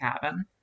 cabin